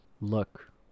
look